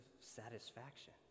satisfaction